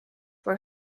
were